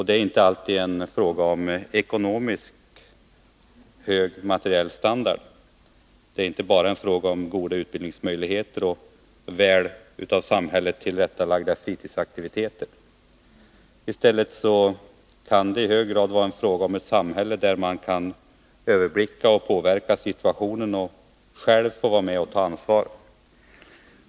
Det är inte alltid fråga om hög ekonomisk och materiell standard. Det är inte bara fråga om goda utbildningsmöjligheter och av samhället väl tillrättalagda fritidsaktiviteter. I stället kan det i hög grad vara fråga om ett samhälle, där man kan överblicka och påverka situationen och där man själv får vara med och ta ansvar.